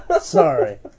Sorry